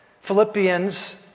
Philippians